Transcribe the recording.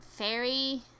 fairy